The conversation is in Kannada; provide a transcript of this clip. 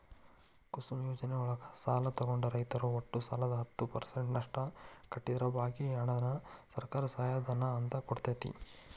ಕುಸುಮ್ ಯೋಜನೆಯೊಳಗ ಸಾಲ ತೊಗೊಂಡ ರೈತರು ಒಟ್ಟು ಸಾಲದ ಹತ್ತ ಪರ್ಸೆಂಟನಷ್ಟ ಕಟ್ಟಿದ್ರ ಬಾಕಿ ಹಣಾನ ಸರ್ಕಾರ ಸಹಾಯಧನ ಅಂತ ಕೊಡ್ತೇತಿ